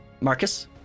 Marcus